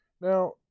now